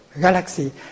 galaxy